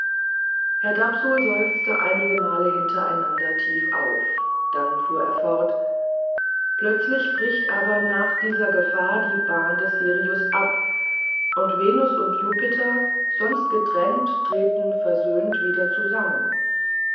herr dapsul seufzte einigemal hintereinander tief auf dann fuhr er fort plötzlich bricht aber nach dieser gefahr die bahn des sirius ab und venus und jupiter sonst getrennt treten versöhnt wieder zusammen